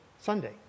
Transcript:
Sunday